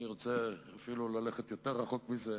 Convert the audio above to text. אני רוצה אפילו ללכת יותר רחוק מזה